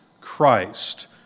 Christ